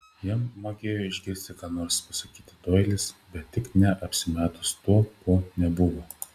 jam magėjo išgirsti ką nori pasakyti doilis bet tik ne apsimetus tuo kuo nebuvo